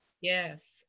Yes